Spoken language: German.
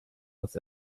dass